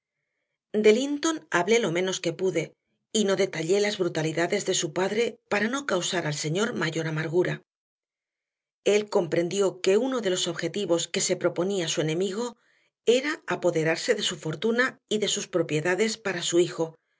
linton hablé lo menos que pude y no detallé las brutalidades de su padre para no causar al señor mayor amargura él comprendió que uno de los objetivos que se proponía su enemigo era apoderarse de su fortuna y de sus propiedades para su hijo